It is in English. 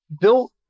built